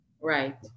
Right